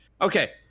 Okay